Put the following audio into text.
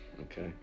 Okay